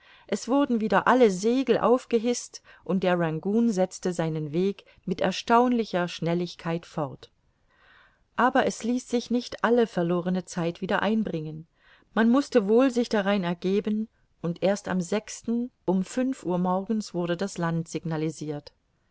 es wurden wieder alle segel aufgehißt und der rangoon setzte seinen weg mit erstaunlicher schnelligkeit fort aber es ließ sich nicht alle verlorene zeit wieder einbringen man mußte wohl sich darein ergeben und erst am um fünf uhr morgens wurde das land signalisirt